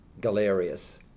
Galerius